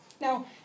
Now